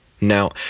Now